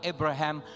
Abraham